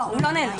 הוא לא נעלם.